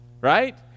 right